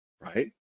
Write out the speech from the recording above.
right